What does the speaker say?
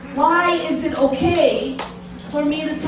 why is it ok for me